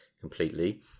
completely